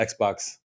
Xbox